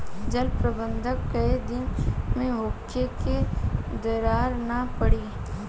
जल प्रबंधन केय दिन में होखे कि दरार न पड़ी?